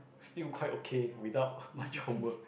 still quite okay without much homework